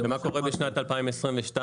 ומה קורה בשנת 2022?